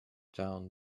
down